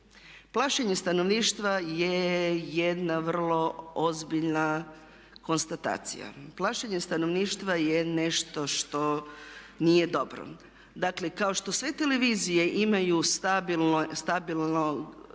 Plašenje stanovništva je jedna vrlo ozbiljna konstatacija. Plašenje stanovništva je nešto što nije dobro. Dakle, kao što sve televizije imaju stabilne